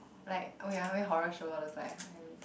like oh ya I went horror show all the time